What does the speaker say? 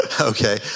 Okay